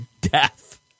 death